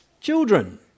children